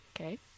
Okay